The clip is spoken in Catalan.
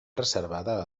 reservada